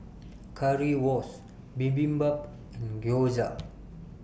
Currywurst Bibimbap and Gyoza